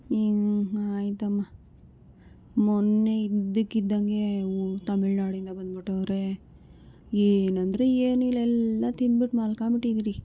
ಹ್ಞೂ ಆಯ್ತಮ್ಮ ಮೊನ್ನೆ ಇದ್ದಕ್ಕಿದ್ದಂಗೆ ತಮಿಳ್ನಾಡಿಂದ ಬಂದ್ಬಿಟ್ಟವ್ರೆ ಏನೂ ಅಂದರೆ ಏನೂ ಇಲ್ಲ ಎಲ್ಲ ತಿಂದ್ಬಿಟ್ಟು ಮಲ್ಕೊಂಬಿಟ್ಟಿದಿರಿ